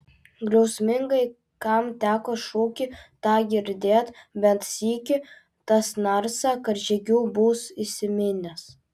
griausmingai kam teko šūkį tą girdėt bent sykį tas narsą karžygių bus įsiminęs